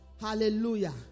hallelujah